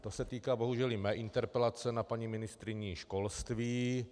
To se týká bohužel i mé interpelace na paní ministryni školství.